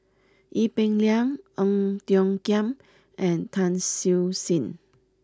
Ee Peng Liang Ong Tiong Khiam and Tan Siew Sin